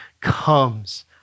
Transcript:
comes